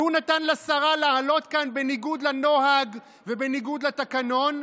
והוא נתן לשרה לעלות כאן בניגוד לנוהג ובניגוד לתקנון.